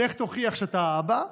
לך תוכיח שאתה אבא,